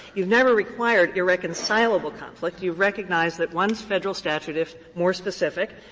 you've never required irreconcilable conflict. you've recognized that one federal statute, if more specific,